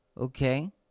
Okay